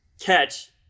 catch